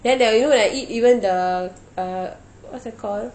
then there you know when I eat even the uh what's that call